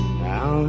now